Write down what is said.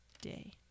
day